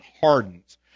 hardens